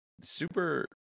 Super